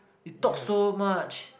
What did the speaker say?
we talk so much